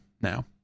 now